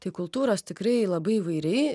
tai kultūros tikrai labai įvairiai